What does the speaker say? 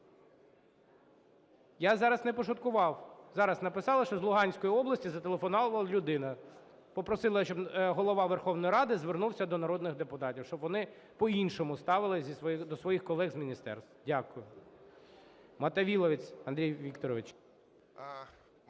Я зараз не пошуткував. Зараз написали, що з Луганської області зателефонувала людина, попросила, щоб Голова Верховної Ради звернувся до народних депутатів, щоб вони по-іншому ставились до своїх колег з міністерств. Дякую. Мотовиловець Андрій Вікторович.